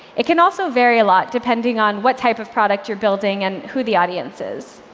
it can also vary a lot depending on what type of product you're building and who the audience is.